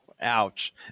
Ouch